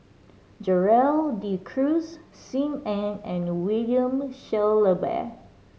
Gerald De Cruz Sim Ann and William Shellabear